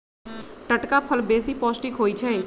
टटका फल बेशी पौष्टिक होइ छइ